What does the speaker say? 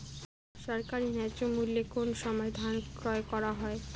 সরকারি ন্যায্য মূল্যে কোন সময় ধান ক্রয় করা হয়?